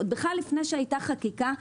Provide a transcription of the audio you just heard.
עוד לפני שהייתה בכלל חקיקה,